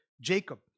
Jacob